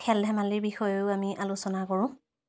খেল ধেমালিৰ বিষয়েও আমি আলোচনা কৰো